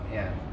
ya